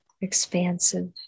expansive